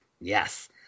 Yes